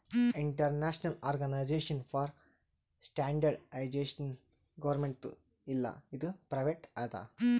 international organisation for standardisation ಗೌರ್ಮೆಂಟ್ದು ಇಲ್ಲ ಇದು ಪ್ರೈವೇಟ್ ಅದಾ